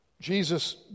Jesus